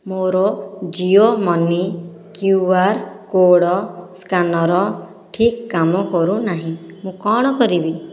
ମୋର Jio money QR code scanner ଠିକ୍ କାମ କରୁନାହିଁ ମୁଁ କ'ଣ କରିବି